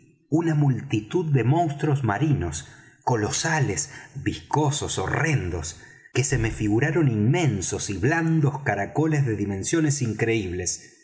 una multitud de monstruos marinos colosales viscosos horrendos que se me figuraron inmensos y blandos caracoles de dimensiones increíbles